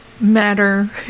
matter